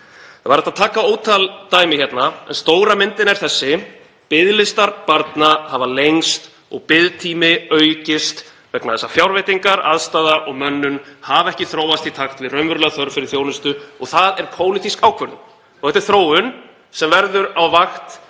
Það væri hægt að taka ótal dæmi hérna en stóra myndin er þessi: Biðlistar barna hafa lengst og biðtími aukist vegna þess að fjárveitingar, aðstaða og mönnun hafa ekki þróast í takt við raunverulega þörf fyrir þjónustu og það er pólitísk ákvörðun. Þetta er þróun sem verður á vakt